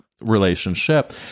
relationship